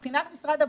מבחינת משרד הבריאות.